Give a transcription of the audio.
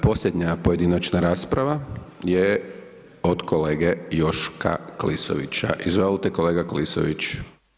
Posljednja pojedinačna rasprava je od kolege Joška Klisovića, izvolite kolega Klisović.